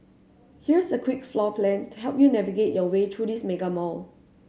here's a quick floor plan to help you navigate your way through this mega mall